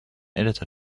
editor